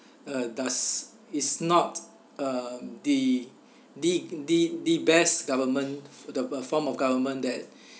uh does is not uh the the the the best government f~ the b~ form of government that